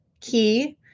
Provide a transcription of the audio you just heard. key